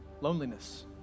Loneliness